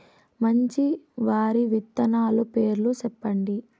మంచి వరి విత్తనాలు పేర్లు చెప్పండి?